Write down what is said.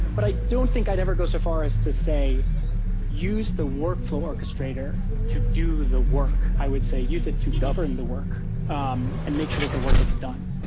but i don't think i'd ever go so far as to say use the workflow orchestrator to do the work. i would say use it to govern the work um and make sure that the work gets done.